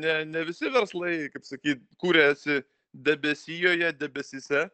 ne ne visi verslai kaip sakyt kuriasi debesijoje debesyse